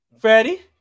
Freddie